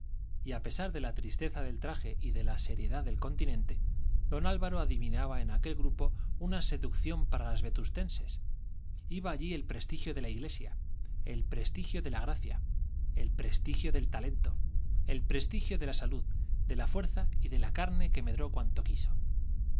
y a pesar de la tristeza del traje y de la seriedad del continente don álvaro adivinaba en aquel grupo una seducción para las vetustenses iba allí el prestigio de la iglesia el prestigio de la gracia el prestigio del talento el prestigio de la salud de la fuerza y de la carne que medró cuanto quiso